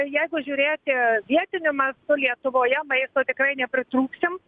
jeigu žiūrėti vietiniu mastu lietuvoje maisto tikrai nepritrūksim